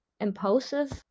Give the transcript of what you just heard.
impulsive